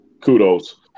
Kudos